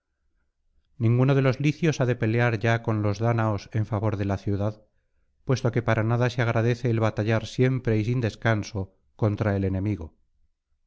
ninguno de los licios ha de pelear ya con los dáñaos en favor de la ciudad puesto que para nada se agradece el batallar siempre y sin descanso contra el enemigo